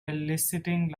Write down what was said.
eliciting